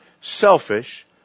selfish